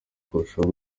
kurushaho